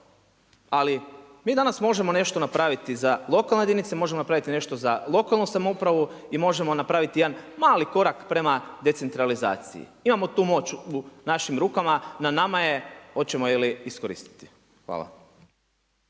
ali mi danas možemo nešto napraviti za lokalne jedinice, možemo napraviti nešto za lokalnu samoupravu i možemo napraviti jedan mali korak prema decentralizaciji. Imamo tu moć u našim rukama, na nama je hoćemo li je iskoristiti. Hvala.